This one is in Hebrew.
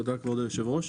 תודה, כבוד היושב-ראש.